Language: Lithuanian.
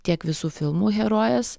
tiek visų filmų herojės